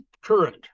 current